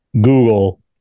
google